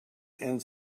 and